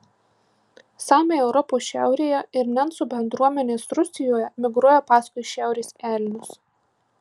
samiai europos šiaurėje ir nencų bendruomenės rusijoje migruoja paskui šiaurės elnius